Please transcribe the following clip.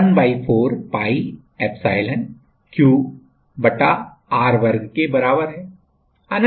यह ¼ pi epsilon Q r2 के बराबर है